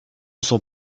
son